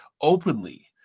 openly